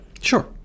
Sure